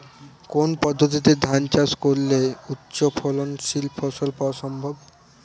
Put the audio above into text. কোন পদ্ধতিতে ধান চাষ করলে উচ্চফলনশীল ফসল পাওয়া সম্ভব?